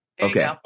Okay